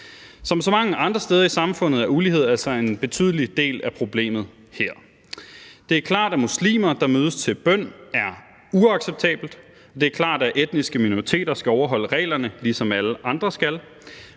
Som så mange andre steder i samfundet er ulighed altså en betydelig del af problemet her. Det er klart, at muslimer, der mødes til bøn, er uacceptabelt. Det er klart, at etniske minoriteter skal overholde reglerne, ligesom alle andre skal.